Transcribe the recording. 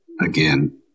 again